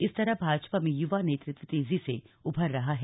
इस तरह भाजपा में युवा नेतृत्व तेजी से उभर रहा है